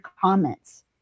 comments